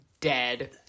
dead